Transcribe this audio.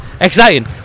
Exciting